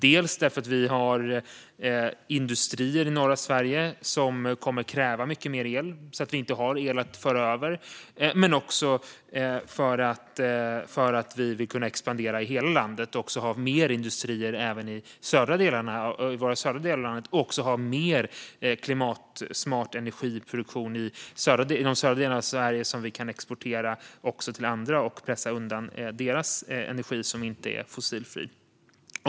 Det finns industrier i norra Sverige som kommer att kräva mer el. Då har vi ingen el att föra över. Vi vill också kunna expandera i hela landet och ha mer industrier också i de södra delarna. Vi vill också ha mer klimatsmart energiproduktion som vi kan exportera till andra och därmed pressa undan deras energiproduktion, som inte är fossilfri.